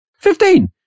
Fifteen